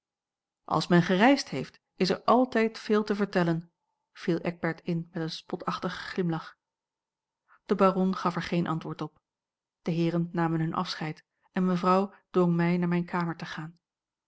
als men gereisd heeft is er altijd veel te vertellen viel eckbert in met een spotachtige glimlach a l g bosboom-toussaint langs een omweg de baron gaf er geen antwoord op de heeren namen hun afscheid en mevrouw dwong mij naar mijne kamer te gaan